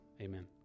Amen